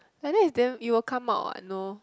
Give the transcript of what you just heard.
like that is damn it will come out what no